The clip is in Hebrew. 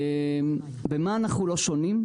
במה אנחנו לא שונים?